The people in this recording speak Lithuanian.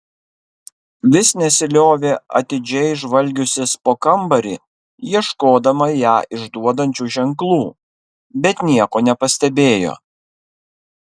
vis nesiliovė atidžiai žvalgiusis po kambarį ieškodama ją išduodančių ženklų bet nieko nepastebėjo